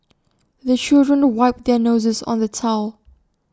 the children wipe their noses on the towel